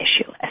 issue